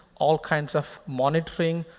all kinds of monitoring,